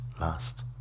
last